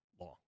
long